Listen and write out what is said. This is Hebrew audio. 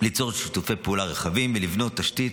ליצור שיתופי פעולה רחבים ולבנות תשתית